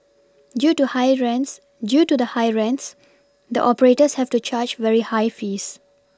due to high rents due to the high rents the operators have to charge very high fees